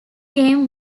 game